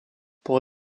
pour